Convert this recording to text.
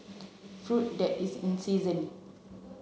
fruit that is in season